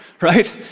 right